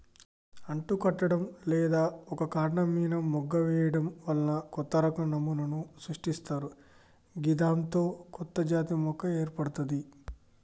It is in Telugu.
అంటుకట్టడం లేదా ఒక కాండం మీన మొగ్గ వేయడం వల్ల కొత్తరకం నమూనాను సృష్టిస్తరు గిదాంతో కొత్తజాతి మొక్క ఏర్పడ్తది